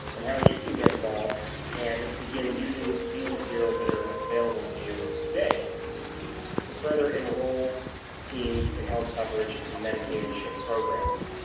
and how you can get involved and begin using these materials that are available to you today to further enroll teens in health coverage in medicaid and chip programs.